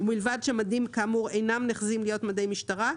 ובלבד שהמדים כאמור אינם נחזים להיות מדי משטרה,